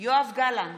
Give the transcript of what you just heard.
יואב גלנט,